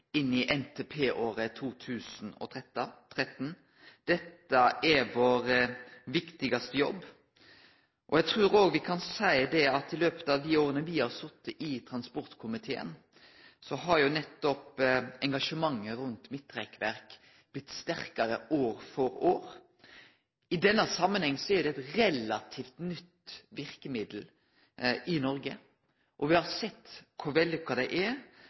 inn i NTP-året 2013. Dette er vår viktigaste jobb, og eg trur me kan seie at i løpet av dei åra me har sete i transportkomiteen, har nettopp engasjementet rundt midtrekkverk blitt sterkare år for år. I denne samanhengen er det eit relativt nytt verkemiddel i Noreg, og me har sett kor vellykka det er.